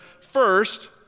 first